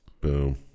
Boom